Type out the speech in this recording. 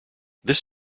this